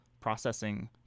processing